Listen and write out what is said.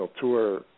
tour